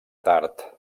tard